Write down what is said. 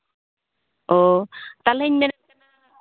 ᱚ ᱛᱟᱦᱞᱮᱧ ᱢᱮᱱᱮᱫ ᱠᱟᱱᱟ